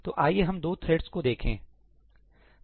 तो आइए हम दो थ्रेड्स को देखें